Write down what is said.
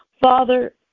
Father